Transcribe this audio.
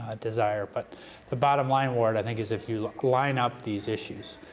ah desire. but the bottom line, ward, i think is if you line up these issues,